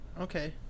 Okay